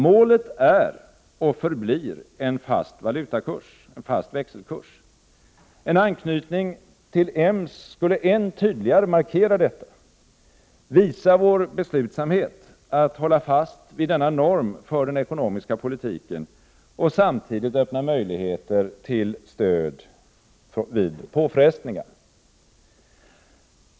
Målet är och förblir en fast valutakurs, en fast växelkurs. En anknytning till EMS skulle än tydligare markera detta, visa vår beslutsamhet att hålla fast vid denna norm för den ekonomiska politiken och samtidigt öppna möjligheter till stöd vid påfrestningar.